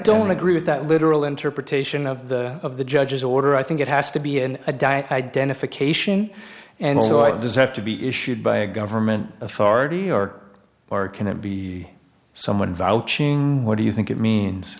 don't agree with that literal interpretation of the of the judge's order i think it has to be in a diet identification and so i does have to be issued by a government authority or or can it be someone vouching what do you think it means